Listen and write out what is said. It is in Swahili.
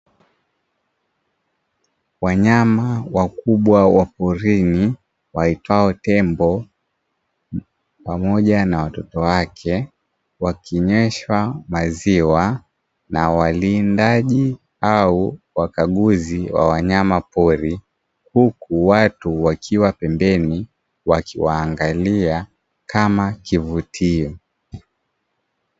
Wanyama wakubwa wa porini waitwao tembo pamoja na watoto wake wakinyweshwa maziwa na walindaji au wakaguzi wa wanyama pori huku watu wakiwa pembeni wakiwaangalia kama kivutio.